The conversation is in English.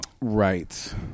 Right